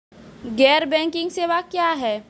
गैर बैंकिंग सेवा क्या हैं?